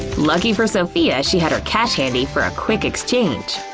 lucky for sophia, she had her cash handy for a quick exchange.